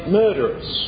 murderers